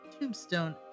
Tombstone